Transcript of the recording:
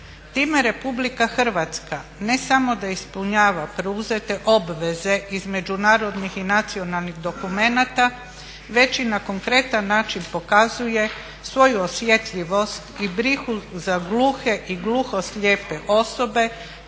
Time RH ne samo da ispunjava preuzete obveze između narodnih i nacionalnih dokumenata već i na konkretan način pokazuje svoju osjetljivost i brigu za gluhe i gluhoslijepe osobe